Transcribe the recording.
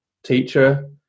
teacher